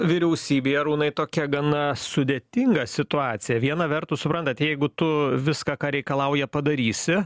vyriausybei arūnai tokia gana sudėtinga situacija viena vertus suprantat jeigu tu viską ką reikalauja padarysi